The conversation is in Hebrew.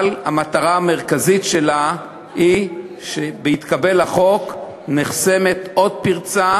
אבל המטרה המרכזית שלה היא שבהתקבל החוק נחסמת עוד פרצה